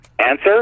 answer